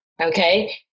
okay